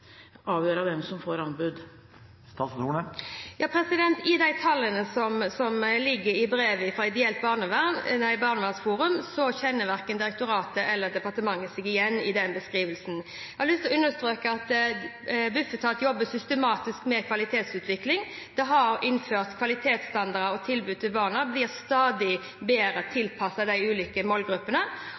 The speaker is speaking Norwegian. som får anbud? Når det gjelder tallene i brevet fra Ideelt Barnevernsforum, kjenner verken direktoratet eller departementet seg igjen i den beskrivelsen. Jeg har lyst til å understreke at Bufetat jobber systematisk med kvalitetsutvikling. De har innført kvalitetsstandarder, og tilbudet til barna blir stadig bedre tilpasset de ulike målgruppene,